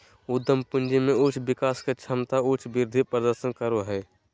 उद्यम पूंजी में उच्च विकास के क्षमता उच्च वृद्धि प्रदर्शन करो हइ